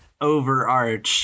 overarch